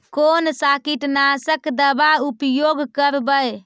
कोन सा कीटनाशक दवा उपयोग करबय?